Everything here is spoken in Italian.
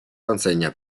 consegna